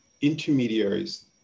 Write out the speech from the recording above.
intermediaries